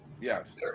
yes